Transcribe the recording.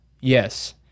yes